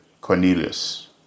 Cornelius